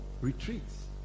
retreats